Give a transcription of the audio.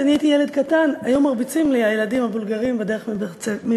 כשאני הייתי ילד קטן היו מרביצים לי הילדים ההונגרים בדרך מבית-הספר.